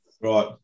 Right